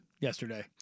yesterday